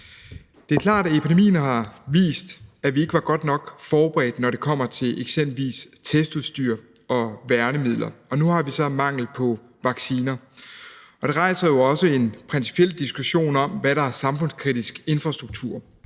Det er klart, at epidemien har vist, at vi ikke var godt nok forberedt, når det kommer til eksempelvis testudstyr og værnemidler, og nu har vi så mangel på vacciner. Det rejser jo også en principiel diskussion om, hvad der er samfundskritisk infrastruktur,